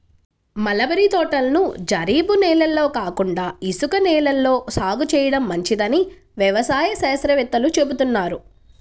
mulberry తోటలను జరీబు నేలల్లో కాకుండా ఇసుక నేలల్లో సాగు చేయడం మంచిదని వ్యవసాయ శాస్త్రవేత్తలు చెబుతున్నారు